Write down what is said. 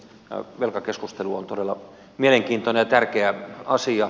velkakeskustelu on todella mielenkiintoinen ja tärkeä asia